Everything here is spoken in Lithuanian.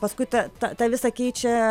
paskui ta ta ta visa keičia